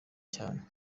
cyane